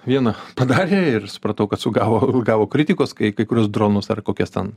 vieną padarė ir supratau kad sugavo ru gavo kritikos kai kai kuriuos dronus ar kokias ten